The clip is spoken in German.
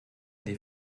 die